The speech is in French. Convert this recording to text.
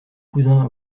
cousin